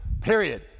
period